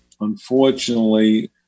Unfortunately